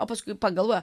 o paskui pagalvoja